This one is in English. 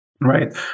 Right